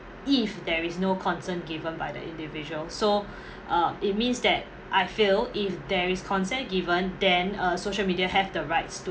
if there is no consent given by the individual so uh it means that I feel if there is consent given then uh social media have the rights to